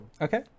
okay